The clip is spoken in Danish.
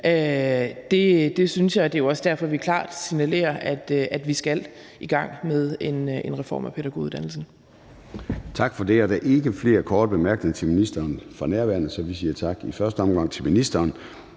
Det synes jeg, og det er jo også derfor, at vi klart signalerer, at vi skal i gang med en reform af pædagoguddannelsen.